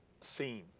scene